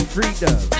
Freedom